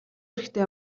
хэрэгтэй